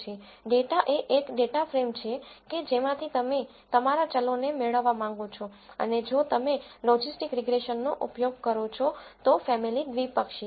data એ એક data frame છે કે જેમાંથી તમે તમારા ચલોને મેળવવા માંગો છો અને જો તમે લોજિસ્ટિક રીગ્રેસનનો ઉપયોગ કરો છો તો ફેમીલી દ્વિપક્ષી છે